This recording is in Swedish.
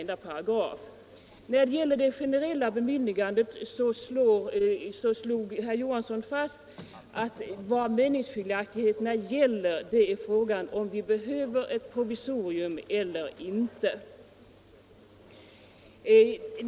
I fråga om det generella bemyndigandet slog herr Johansson i Trollhättan fast att vad meningsskiljaktigheterna gäller är om vi behöver ett provisorium eller inte.